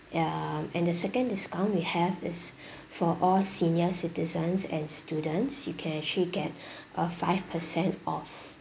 um and the second discount we have is for all senior citizens and students you can actually get a five percent off